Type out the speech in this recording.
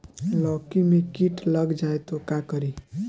लौकी मे किट लग जाए तो का करी?